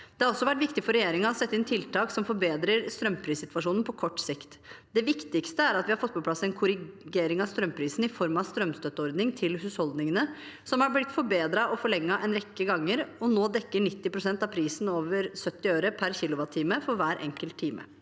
Det har også vært viktig for regjeringen å sette inn tiltak som forbedrer strømprissituasjonen på kort sikt. Det viktigste er at vi har fått på plass en korrigering av strømprisen i form av strømstøtteordning til husholdningene, som har blitt forbedret og forlenget en rekke ganger, og nå dekker 90 pst. av prisen over 70 øre per kWh for hver enkelt time.